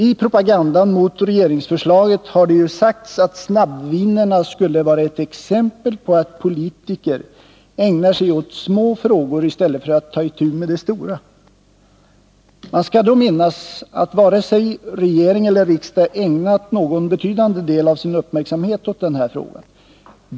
I propagandan mot regeringsförslaget har det sagts att snabbvinerna skulle vara ett exempel på att politiker ägnar sig åt små frågor i stället för att ta itu med de stora. Man skall då minnas att varken regeringen eller riksdagen ägnat någon betydande del av sin uppmärksamhet åt den här frågan.